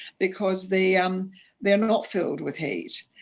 because they um they are not filled with hate.